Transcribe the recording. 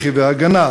לח"י ו"ההגנה",